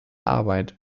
arbeit